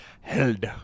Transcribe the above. held